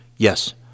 Yes